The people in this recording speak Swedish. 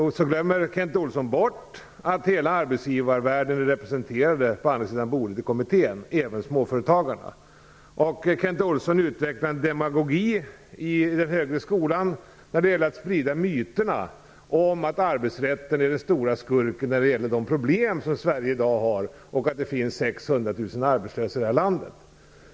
Kent Olsson glömmer bort att hela arbetsgivarvärlden är representerad på andra sidan bordet i kommissionen, och även småföretagarna. Kent Olsson utvecklar en demagogi i den högre skolan i fråga om att sprida myter om att arbetsrätten är den stora skurken när det gäller de problem som Sverige i dag har och att det finns 600 000 arbetslösa i det här landet.